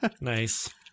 Nice